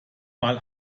mal